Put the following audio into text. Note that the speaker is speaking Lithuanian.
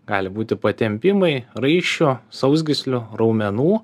gali būti patempimai raiščių sausgyslių raumenų